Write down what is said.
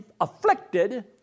afflicted